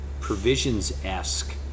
provisions-esque